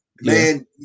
Man